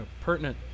pertinent